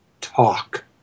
talk